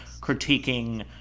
critiquing